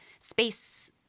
space